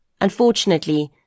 Unfortunately